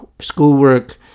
schoolwork